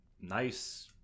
nice